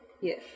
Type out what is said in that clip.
yes